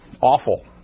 awful